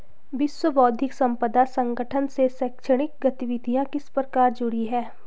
विश्व बौद्धिक संपदा संगठन से शैक्षणिक गतिविधियां किस प्रकार जुड़ी हैं?